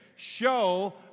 Show